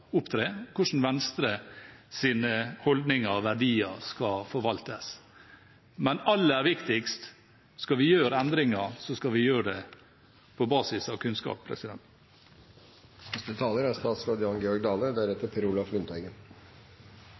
opptre, og hvordan Venstres holdninger og verdier skal forvaltes. Men aller viktigst: Skal vi gjøre endringer, skal vi gjøre det på basis av kunnskap.